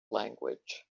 language